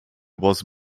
was